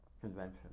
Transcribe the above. convention